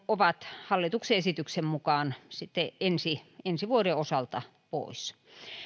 ovat hallituksen esityksen mukaan sitten ensi ensi vuoden osalta pois mutta